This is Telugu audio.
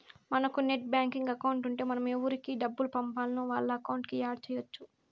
మనకు నెట్ బ్యాంకింగ్ అకౌంట్ ఉంటే మనం ఎవురికి డబ్బులు పంపాల్నో వాళ్ళ అకౌంట్లని యాడ్ చెయ్యచ్చు